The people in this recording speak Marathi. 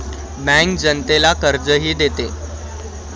बँक जनतेला कर्जही देते